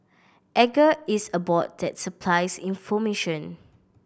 edgar is a bot that supplies information